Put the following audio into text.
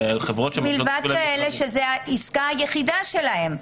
מלבד כאלה שזו העסקה היחידה שלהם,